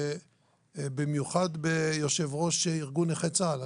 ובמיוחד ביו"ר ארגון נכי צה"ל.